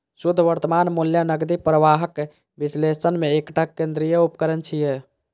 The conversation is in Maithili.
शुद्ध वर्तमान मूल्य नकदी प्रवाहक विश्लेषण मे एकटा केंद्रीय उपकरण छियै